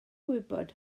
gwybod